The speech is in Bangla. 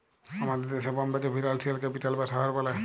আমাদের দ্যাশে বম্বেকে ফিলালসিয়াল ক্যাপিটাল বা শহর ব্যলে